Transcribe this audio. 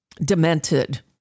demented